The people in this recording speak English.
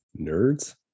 Nerds